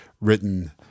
written